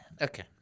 Okay